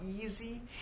easy